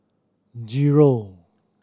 zero